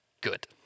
good